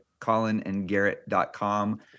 colinandgarrett.com